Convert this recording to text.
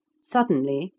suddenly,